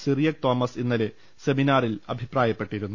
സിറിയക് തോമസ് ഇന്നലെ സെമിനാറിൽ അഭി പ്രായപ്പെട്ടിരുന്നു